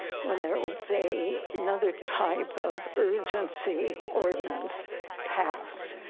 when there would say another type of urgency ordinance pass.